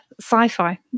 sci-fi